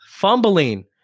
fumbling